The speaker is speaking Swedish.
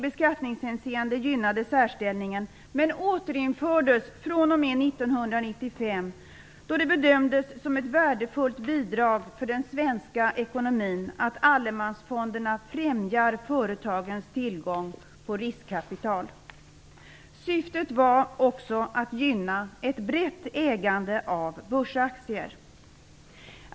1995, då det bedömdes som ett värdefullt bidrag för den svenska ekonomin att allemansfonderna främjar företagens tillgång på riskkapital. Syftet var också att gynna ett brett ägande av börsaktier.